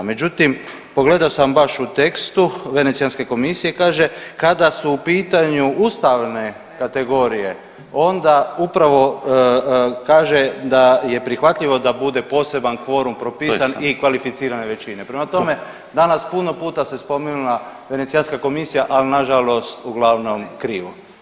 Međutim, pogledao sam baš u tekstu Venecijanske komisije i kaže, kada su u pitanju ustavne kategorije, onda upravo kaže da je prihvatljivo da bude poseban kvorum propisan i kvalificirane većine, prema tome, danas puno puta se spomenula Venecijanska komisija, ali nažalost uglavnom krivo.